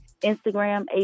Instagram